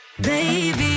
baby